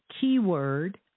keyword